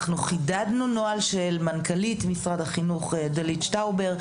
חידדנו את הנוהל של מנכ"לית משרד החינוך דלית שטראובר,